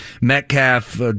Metcalf